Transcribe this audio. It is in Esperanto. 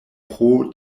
pro